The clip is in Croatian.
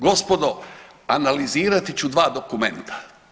Gospodo analizirati ću dva dokumenta.